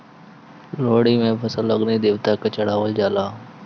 लोहड़ी में फसल के अग्नि देवता के चढ़ावल जाला